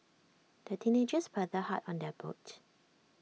the teenagers paddled hard on their boat